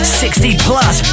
60-plus